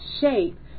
shape